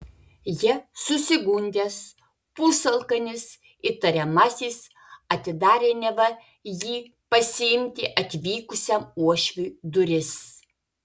ja susigundęs pusalkanis įtariamasis atidarė neva jį pasiimti atvykusiam uošviui duris